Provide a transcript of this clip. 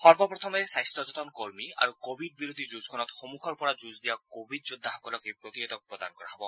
সৰ্বপ্ৰথমে স্বাস্থ্যযতন কৰ্মী আৰু কোৱিড বিৰোধী যুজখনত সন্মুখৰ পৰা যুজ দিয়া কোৱিড যোদ্ধাসকলক এই প্ৰতিষেধক প্ৰদান কৰা হব